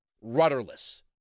rudderless